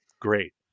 Great